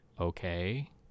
Okay